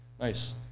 nice